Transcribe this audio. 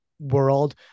world